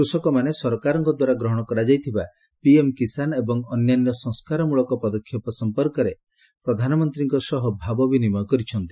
କୃଷକମାନେ ସରକାରଙ୍କ ଦ୍ୱାରା ଗ୍ରହଣ କରାଯାଇଥିବା ପିଏମ୍ କିଶାନ୍ ଏବଂ ଅନ୍ୟାନ୍ୟ ସଂସ୍କାରମ୍ରଳକ ପଦକ୍ଷେପ ସମ୍ପର୍କରେ ପ୍ରଧାନମନ୍ତ୍ରୀଙ୍କ ସହ ଭାବ ବିନିମୟ କରିଥିଲେ